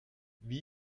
wie